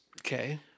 Okay